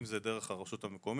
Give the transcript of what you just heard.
אם זה דרך הרשות המקומית,